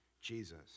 Jesus